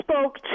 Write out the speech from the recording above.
spoke